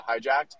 hijacked